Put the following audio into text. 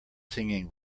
singing